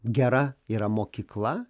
gera yra mokykla